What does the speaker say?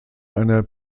einer